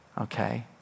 Okay